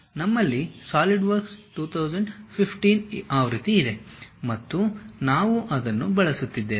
ನಮ್ಮಲ್ಲಿ ಸಾಲಿಡ್ವರ್ಕ್ಸ್ 2015 ಆವೃತ್ತಿಯಿದೆ ಮತ್ತು ನಾವು ಅದನ್ನು ಬಳಸುತ್ತಿದ್ದೇವೆ